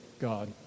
God